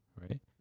right